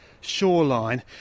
shoreline